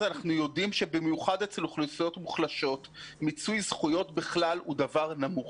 אנחנו יודעים שבמיוחד אצל אוכלוסיות מוחלשות מיצוי זכויות בכלל הוא נמוך